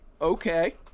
okay